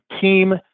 team